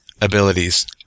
abilities